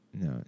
no